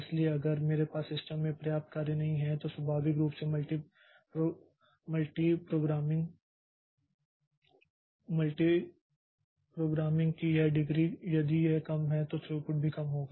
इसलिए अगर मेरे पास सिस्टम में पर्याप्त कार्य नहीं है तो स्वाभाविक रूप से मल्टीप्रोग्रामिंग की यह डिग्री यदि यह कम है तो थ्रूपुट भी कम होगा